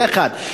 זה, אחת.